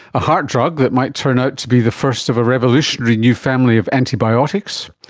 a heart drug that might turn out to be the first of a revolutionary new family of antibiotics.